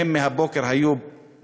הם היו מהבוקר בכנס.